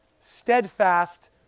steadfast